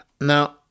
Now